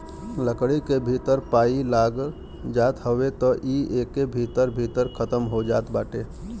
लकड़ी के भीतर पाई लाग जात हवे त इ एके भीतरे भीतर खतम हो जात बाटे